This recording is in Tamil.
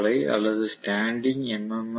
எஃப் அலை அல்லது ஸ்டாண்டிங் எம்